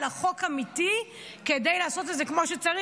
אלא חוק אמיתי כדי לעשות את זה כמו שצריך,